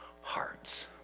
hearts